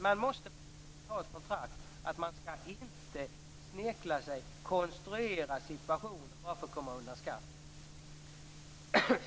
Man måste på något sätt ha ett kontrakt om att man inte skall snirkla sig och konstruera situationer bara för att komma undan skatt.